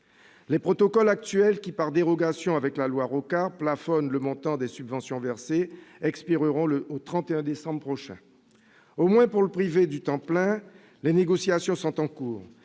Les protocoles actuels qui, par dérogation avec la loi Rocard, plafonnent le montant des subventions versées expireront le 31 décembre prochain. Pour l'enseignement privé du temps plein au moins, les négociations sont en cours,